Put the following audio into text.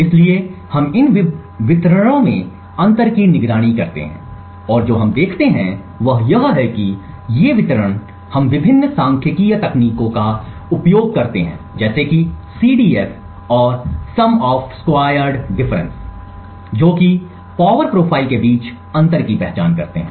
इसलिए हम इन वितरणों में अंतर की निगरानी करते हैं और जो हम देखते हैं वह यह है कि ये वितरण हम विभिन्न सांख्यिकीय तकनीकों का उपयोग करते हैं जैसे कि CDF और Sum of Squared अंतर जो कि पावर प्रोफाइल के बीच अंतर की पहचान करते हैं